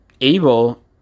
able